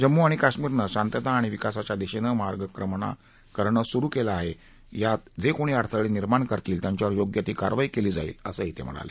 जम्मू आणि काश्मीरनं शांतता आणि विकासाच्या दिशेनं मार्गाक्रमण करणं सुरु केलं आहे यात जे कोणी अडथळे निर्माण करतील त्यांच्यावर योग्य ती कारवाई केली जाईल असं ते म्हणाले